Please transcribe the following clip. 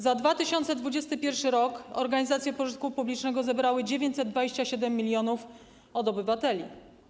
Za 2021 r. organizacje pożytku publicznego zebrały 927 zł mln od obywateli.